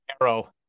Arrow